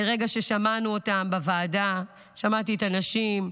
מרגע ששמענו אותן בוועדה, שמעתי את הנשים,